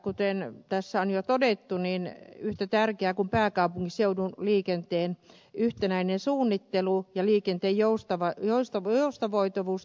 kuten tässä on jo todettu niin yhtä tärkeää kuin että pääkaupunkiseudun liikenteen yhtenäinen suunnittelu ja liikenteen joustava josta verosta voitovuus